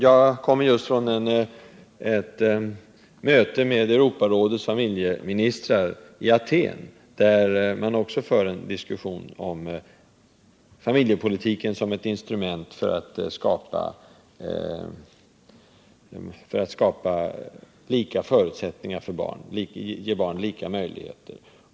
Jag kommer just från ett möte i Aten med Europarådets familjeministrar, där man också förde en diskussion om familjepolitiken som ett instrument för att ge barn lika möjligheter.